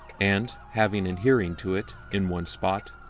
and having adhering to it, in one spot,